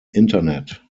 internet